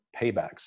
paybacks